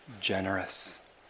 generous